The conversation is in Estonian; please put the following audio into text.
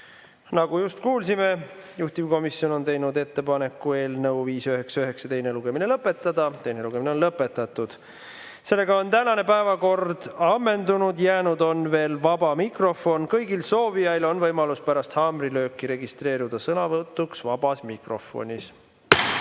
Nagu just kuulsime, juhtivkomisjon on teinud ettepaneku eelnõu 599 teine lugemine lõpetada. Teine lugemine on lõpetatud ja ka tänane päevakord ammendunud. Jäänud on veel vaba mikrofon. Kõigil soovijail võimalus pärast haamrilööki registreeruda sõnavõtuks vabas mikrofonis.